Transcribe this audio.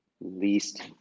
least